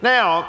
Now